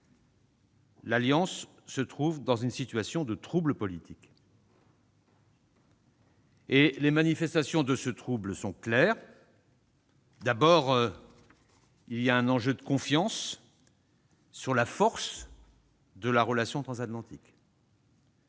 l'Alliance se trouve dans une situation de trouble politique. Les manifestations de ce trouble sont claires. Il y a d'abord un enjeu de confiance sur la force de la relation transatlantique.